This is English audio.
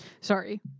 Sorry